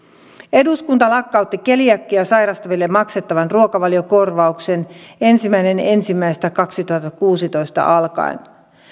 eduskunta lakkautti keliakiaa sairastaville maksettavan ruokavaliokorvauksen ensimmäinen ensimmäistä kaksituhattakuusitoista alkaen